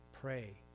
pray